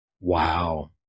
Wow